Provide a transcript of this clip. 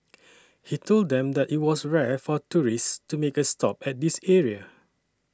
he told them that it was rare for tourists to make a stop at this area